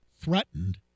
threatened